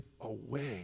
away